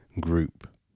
group